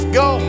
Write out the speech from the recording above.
go